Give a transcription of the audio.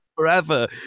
Forever